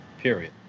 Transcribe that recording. Period